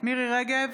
מירי מרים רגב,